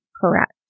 Correct